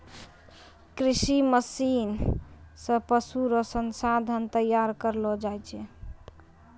कृषि मशीन से पशु रो संसाधन तैयार करलो जाय छै